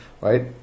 right